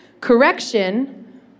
correction